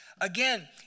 Again